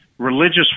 Religious